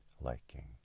liking